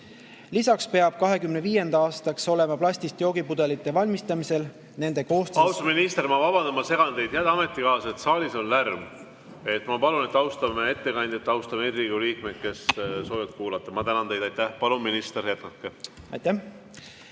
Lisaks peab 2025. aastast olema plastist joogipudelite valmistamisel nende koostis ...